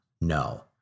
no